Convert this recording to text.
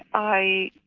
i